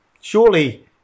surely